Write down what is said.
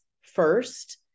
first